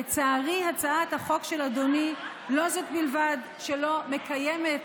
לצערי, הצעת החוק של אדוני לא זו בלבד שלא מקיימת